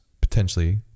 potentially